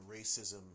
racism